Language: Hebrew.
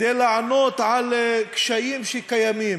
כדי לענות על קשיים שקיימים.